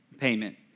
payment